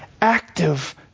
active